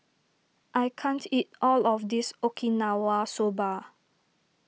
I can't eat all of this Okinawa Soba